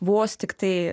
vos tiktai